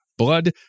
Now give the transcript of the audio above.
blood